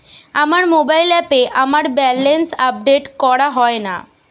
আমার মোবাইল অ্যাপে আমার ব্যালেন্স আপডেট করা হয় না